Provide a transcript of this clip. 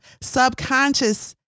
subconscious